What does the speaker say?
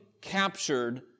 captured